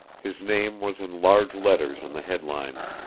his name was in large letters in the head-lines.